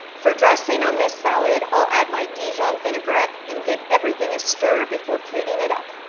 for dressing on this salad, i'll add my dijon vinaigrette and give everything a stir before plating it up.